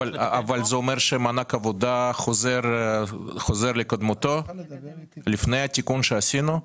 אבל זה אומר שמענק עבודה חוזר לקדמותו לפני התיקון שעשינו?